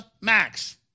Max